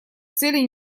целей